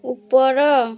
ଉପର